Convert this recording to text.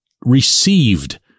received